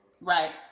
Right